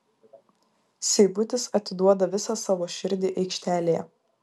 seibutis atiduoda visą savo širdį aikštelėje